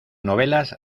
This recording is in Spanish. novelas